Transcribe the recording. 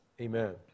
Amen